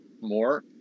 more